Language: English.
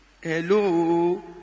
Hello